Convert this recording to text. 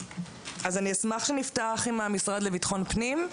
אשמח שנפתח עם המשרד לביטחון פנים,